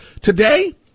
Today